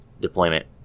deployment